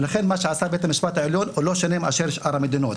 לכן מה שעשה בית המשפט העליון לא שונה משאר המדינות,